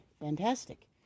fantastic